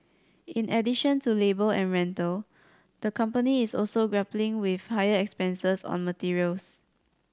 in addition to labour and rental the company is also grappling with higher expenses on materials